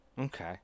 Okay